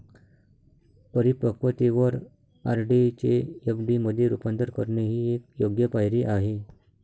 परिपक्वतेवर आर.डी चे एफ.डी मध्ये रूपांतर करणे ही एक योग्य पायरी आहे